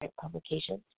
publications